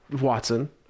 Watson